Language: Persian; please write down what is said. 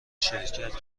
شرکت